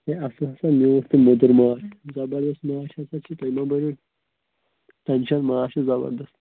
A اَصٕل ہَسا میوٗٹھ تہٕ موٚدُر ماچھ زَبردَست ماچھ ہَسا چھِ تُہۍ مہٕ بٔرِو ٹینشَن ماچھ چھِ زَبردَست